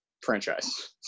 franchise